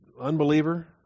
unbeliever